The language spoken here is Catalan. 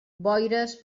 boires